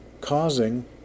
causing